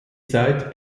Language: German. zeit